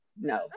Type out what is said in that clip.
no